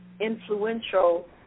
influential